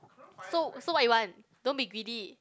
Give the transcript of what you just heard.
so so what you want don't be greedy